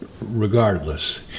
regardless